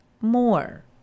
more